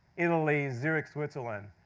italy, zurich, switzerland.